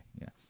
Yes